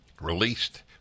Released